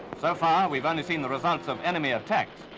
so far, we've only seen the results of enemy attacks.